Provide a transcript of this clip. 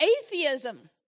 Atheism